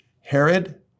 Herod